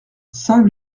saint